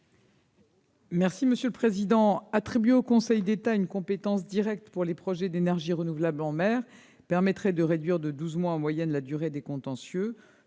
du Gouvernement ? Attribuer au Conseil d'État une compétence directe pour les projets d'énergie renouvelable en mer permettrait de réduire de douze mois en moyenne la durée des contentieux.